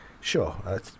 Sure